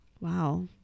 Wow